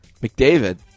McDavid